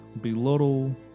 belittle